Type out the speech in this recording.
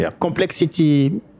Complexity